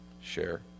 share